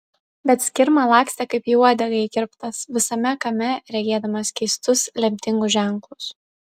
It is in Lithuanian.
bet skirma lakstė kaip į uodegą įkirptas visame kame regėdamas keistus lemtingus ženklus